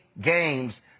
games